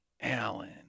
Alan